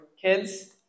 kids